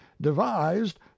devised